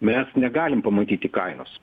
mes negalim pamatyti kainos